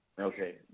Okay